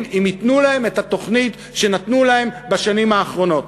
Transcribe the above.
אם ייתנו להם את התוכנית שנתנו להם בשנים האחרונות.